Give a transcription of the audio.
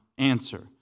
Answer